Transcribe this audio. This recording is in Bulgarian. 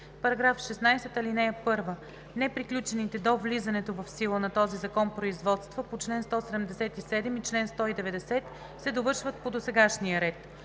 § 16: „§ 16. (1) Неприключените до влизането в сила на този закон производства по чл. 177 и чл. 190 се довършват по досегашния ред.